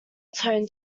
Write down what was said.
tone